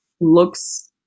looks